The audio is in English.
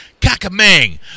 Kakamang